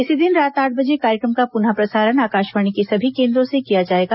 इसी दिन रात आठ बजे कार्यक्रम का पुनः प्रसारण आकाशवाणी के सभी केन्द्रों से किया जाएगा